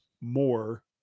more